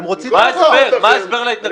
מה ההסבר להתנגדות?